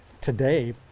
today